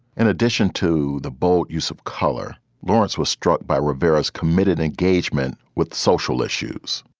in addition to the boat use of color, lawrence was struck by rivera's committed engagement with social issues.